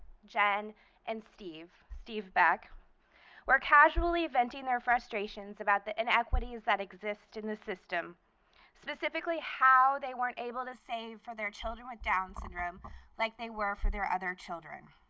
jen and steve, steve beck were casually venting their frustrations about the inequities that exist in the system specifically, how they weren't able to save for their children with down syndrome like they were for their other children.